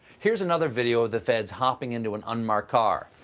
here's another video of the feds hopping into an unmarked car.